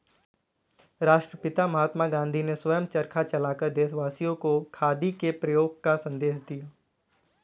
राष्ट्रपिता महात्मा गांधी ने स्वयं चरखा चलाकर देशवासियों को खादी के प्रयोग का संदेश दिया